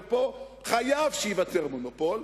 ופה חייב שייווצר מונופול,